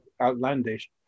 outlandish